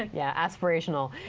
yeah aspirational.